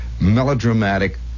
melodramatic